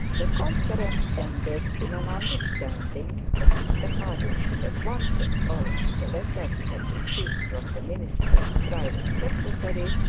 the conference ended in an understanding that mr harding should at once acknowledge the letter he had received from the minister's private secretary,